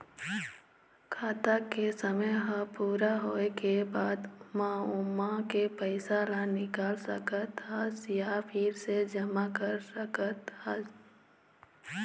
खाता के समे ह पूरा होए के बाद म ओमा के पइसा ल निकाल सकत हस य फिर से जमा कर सकत हस